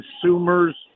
Consumers